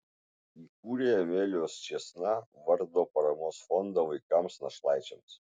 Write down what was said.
įkūrė amelijos čėsna vardo paramos fondą vaikams našlaičiams